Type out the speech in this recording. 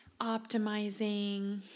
optimizing